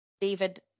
David